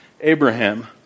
Abraham